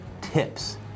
tips